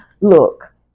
look